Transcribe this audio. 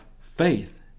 faith